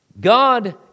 God